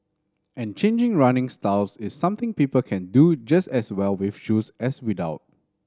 and changing running styles is something people can do just as well with shoes as without